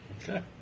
Okay